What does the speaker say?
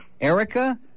Erica